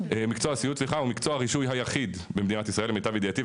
הוא מקצוע הרישוי היחיד במדינת ישראל למיטב ידיעתי,